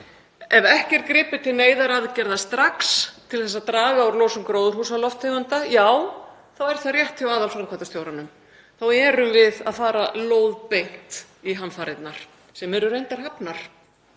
Ef ekki er gripið til neyðaraðgerða strax til að draga úr losun gróðurhúsalofttegunda, já, þá er það rétt hjá aðalframkvæmdastjóranum. Þá erum við að fara lóðbeint í hamfarirnar, sem eru reyndar hafnar.